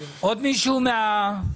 מישהו רוצה להתייחס?